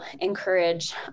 encourage